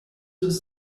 was